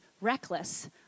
reckless